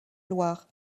loire